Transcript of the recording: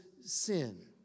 sin